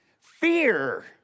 Fear